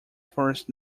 forest